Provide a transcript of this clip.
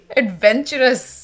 adventurous